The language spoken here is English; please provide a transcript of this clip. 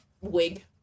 Wig